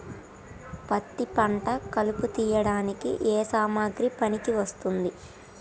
పత్తి పంట కలుపు తీయడానికి ఏ సామాగ్రి పనికి వస్తుంది?